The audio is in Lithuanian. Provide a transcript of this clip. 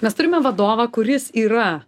mes turime vadovą kuris yra